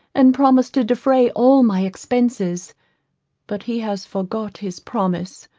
and promised to defray all my expenses but he has forgot his promise,